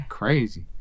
crazy